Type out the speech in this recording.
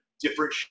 different